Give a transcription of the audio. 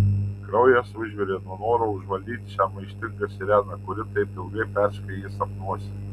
kraujas užvirė nuo noro užvaldyti šią maištingą sireną kuri taip ilgai persekiojo jį sapnuose